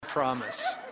promise